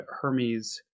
Hermes